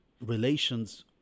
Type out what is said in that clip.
Relations